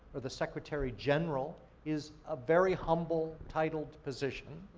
or the secretary general is a very humble, titled position.